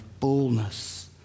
fullness